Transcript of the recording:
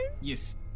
Yes